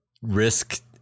risk